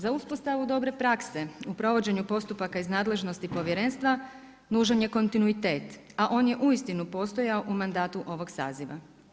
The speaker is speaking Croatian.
Za uspostavu dobre prakse u provođenju postupaka iz nadležnosti Povjerenstva nužan je kontinuitet, a on je uistinu postojao u mandatu ovoga saziva.